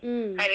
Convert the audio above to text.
mm